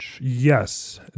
Yes